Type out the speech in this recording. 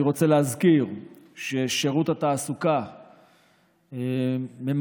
אני רוצה להזכיר ששירות התעסוקה ממקד